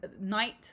night